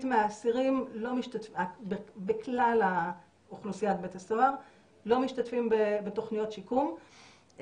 מהאסירים בכלל אוכלוסיית בית הסוהר לא משתתפים בתוכניות שיקום,